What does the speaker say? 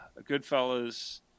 Goodfellas